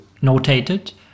notated